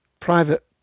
private